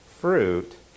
fruit